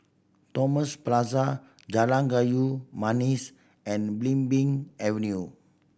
Thomas Plaza Jalan Kayu Manis and Belimbing Avenue